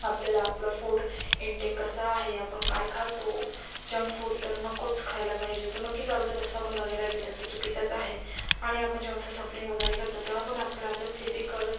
आपल्याला आपलं food intake कसं आहे आपण काय खातो जंक फूड तर नकोच खायला पाहिजे तर नक्कीच आपलं तसं आपण बघायला गेलं तर चुकीचंच आहे आणि आपण जेव्हा असं सफरिंग वगैरे करतो तेव्हा पण आपलं आपलं फिजिकल